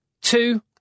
Two